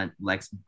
Lex